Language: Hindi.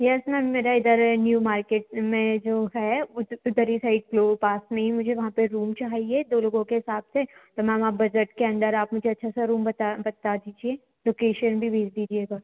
यस मैम मेरा इधर न्यू मार्केट में जो है उधर ही साइड के वो पास में ही मुझे वहाँ पर रूम चाहिए दो लोगों के हिसाब से तो मैम आप बजट के अंदर आप मुझे अच्छा सा रूम बता बता दीजिए लोकेशन भी भेज दीजिएगा